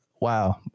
Wow